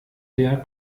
der